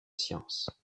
science